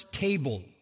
table